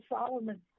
Solomon